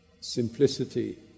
simplicity